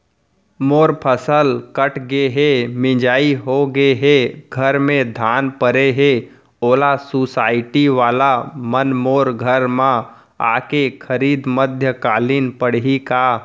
मोर फसल कट गे हे, मिंजाई हो गे हे, घर में धान परे हे, ओला सुसायटी वाला मन मोर घर म आके खरीद मध्यकालीन पड़ही का?